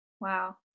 Wow